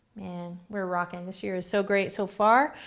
and we're rocking. this year is so great so far.